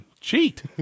Cheat